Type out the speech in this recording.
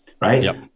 Right